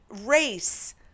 race